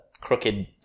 crooked